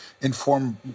inform